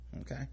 okay